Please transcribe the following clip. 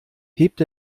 hebt